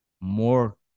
more